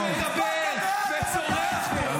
כי כמה שאתה מדבר וצורח פה,